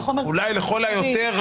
אולי ככל היותר,